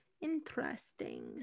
interesting